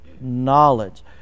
knowledge